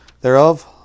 thereof